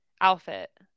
outfit